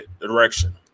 direction